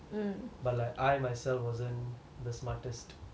but like I myself wasn't the smartest